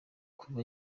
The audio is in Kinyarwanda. kuva